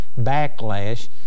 backlash